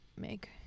make